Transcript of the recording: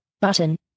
button